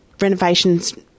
renovations